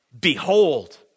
behold